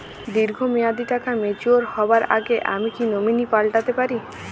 দীর্ঘ মেয়াদি টাকা ম্যাচিউর হবার আগে আমি কি নমিনি পাল্টা তে পারি?